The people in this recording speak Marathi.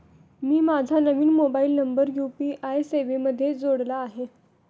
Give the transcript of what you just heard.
मी माझा नवीन मोबाइल नंबर यू.पी.आय सेवेमध्ये जोडला आहे